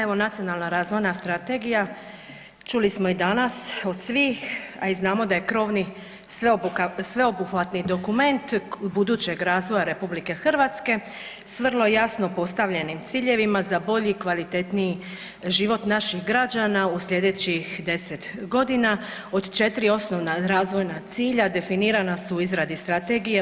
Evo Nacionalna razvojna strategija čuli smo i danas od svih, a i znamo da je krovni sveobuhvatni dokument budućeg razvoja Republike Hrvatske s vrlo jasno postavljenim ciljevima za bolji i kvalitetniji život naših građana u sljedećih 10 godina od 4 osnovna razvojna cilja, definirana su izradi Strategije.